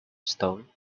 stone